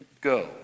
Go